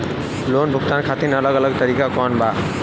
Loan भुगतान खातिर अलग अलग तरीका कौन बा?